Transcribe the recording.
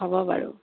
হ'ব বাৰু